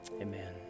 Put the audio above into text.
Amen